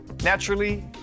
Naturally